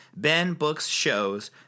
benbooksshows